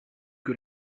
que